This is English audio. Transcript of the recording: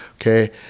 okay